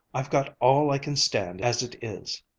i've got all i can stand as it is.